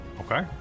Okay